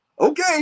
Okay